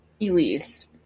Elise